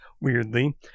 Weirdly